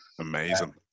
Amazing